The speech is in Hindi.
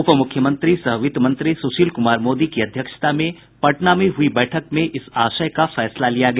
उप मुख्यमंत्री सह वित्त मंत्री सुशील कुमार मोदी की अध्यक्षता में आज पटना में हुई बैठक में इस आशय का फैसला लिया गया